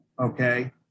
okay